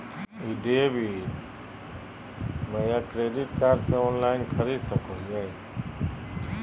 ई debit बोया credit card से online खरीद सको हिए?